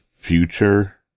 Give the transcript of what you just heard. future